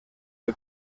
del